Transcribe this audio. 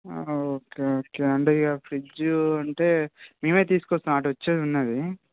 okay okay అంటే ఇక fridge అంటే మేమే తిసుకోస్తాం అటు వచ్చేది ఉన్నాది